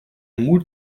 mut